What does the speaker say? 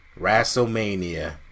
WrestleMania